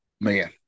man